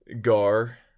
Gar